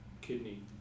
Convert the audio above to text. kidney